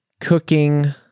cooking